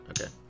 Okay